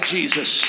Jesus